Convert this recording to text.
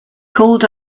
called